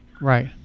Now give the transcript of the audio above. Right